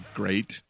great